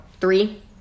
Three